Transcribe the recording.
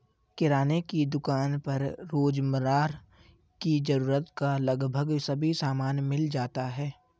किराने की दुकान पर रोजमर्रा की जरूरत का लगभग सभी सामान मिल जाता है